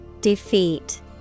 Defeat